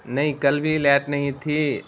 نہیں کل بھی لیٹ نہیں تھی